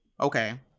Okay